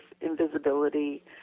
invisibility